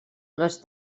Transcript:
les